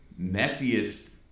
messiest